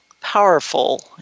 powerful